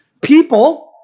People